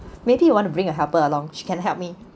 maybe you want to bring a helper along she can help me